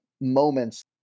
moments